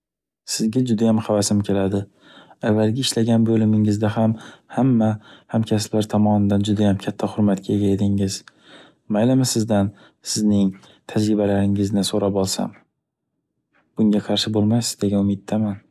Sizga juda havasim keladi. Avalgi ishlagan bo’limingizda ham hamma hamkasblar tomonidan judayam katta hurmatga ega edingiz. Maylimi, sizdan sizning tajribalaringizni so’rab olsam. Bunga qarshi bo’lmaysiz degan umiddaman.